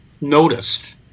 noticed